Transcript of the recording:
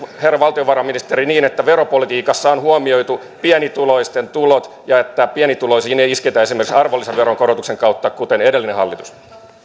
herra valtiovarainministeri niin että veropolitiikassa on huomioitu pienituloisten tulot ja että pienituloisiin ei isketä esimerkiksi arvonlisäveron korotuksen kautta kuten edellinen hallitus